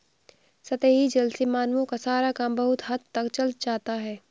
सतही जल से मानवों का सारा काम बहुत हद तक चल जाता है